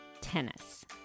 tennis